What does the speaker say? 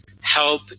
help